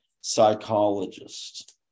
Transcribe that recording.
psychologist